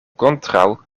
kontraŭ